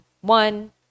One